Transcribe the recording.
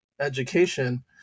education